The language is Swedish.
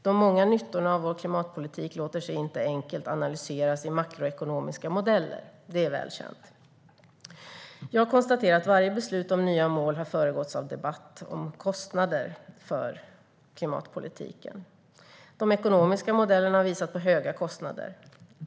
De många nyttorna av vår klimatpolitik låter sig inte enkelt analyseras i makroekonomiska modeller; det är väl känt. Jag konstaterar att varje beslut om nya mål har föregåtts av debatt om kostnader för klimatpolitiken. De ekonomiska modellerna har visat på höga kostnader.